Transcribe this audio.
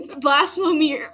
Blasphemer